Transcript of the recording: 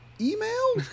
email